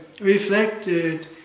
reflected